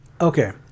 Okay